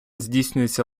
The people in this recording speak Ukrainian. здійснюється